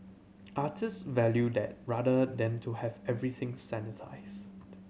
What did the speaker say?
artist value that rather than to have everything sanitised